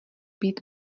být